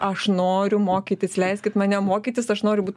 aš noriu mokytis leiskit mane mokytis aš noriu būt